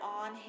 on